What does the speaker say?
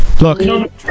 Look